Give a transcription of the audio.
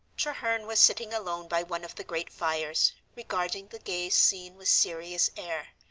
treherne was sitting alone by one of the great fires, regarding the gay scene with serious air.